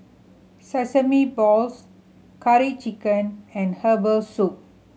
sesame balls Curry Chicken and herbal soup